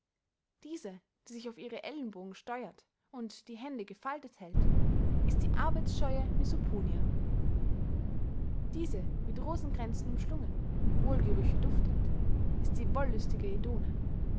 diese die sich auf ihre elenbogen steuert und die hände gefaltet hält ist die arbeitscheuende misoponia diese mit rosenkränzen umschlungen wolgerüche duftend ist die wollüstige edone